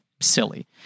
silly